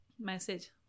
Message